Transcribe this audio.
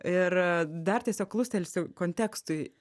ir dar tiesiog klustelsiu kontekstui